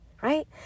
right